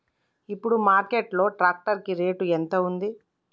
ఇప్పుడు మార్కెట్ లో ట్రాక్టర్ కి రేటు ఎంత ఉంది?